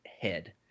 head